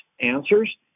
answers